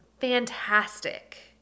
fantastic